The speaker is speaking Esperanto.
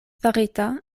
farita